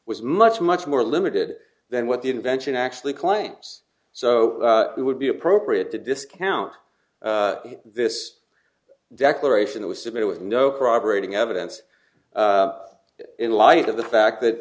was much much more limited than what the invention actually claims so it would be appropriate to discount this declaration it was submitted with no corroborating evidence in light of the fact that